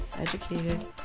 Educated